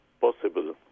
possible